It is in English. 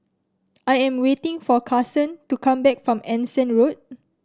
I am waiting for Karson to come back from Anson Road